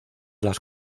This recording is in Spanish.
las